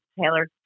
Taylor